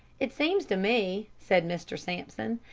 it seems to me, said mr. sampson,